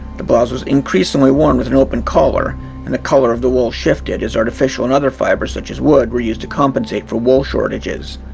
the blouse was increasingly worn with an open collar and the colour of the wool shifted as artificial and other fibers such as wood were used to compensate for wool shortages.